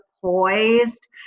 poised